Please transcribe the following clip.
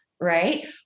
Right